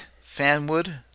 Fanwood